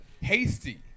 hasty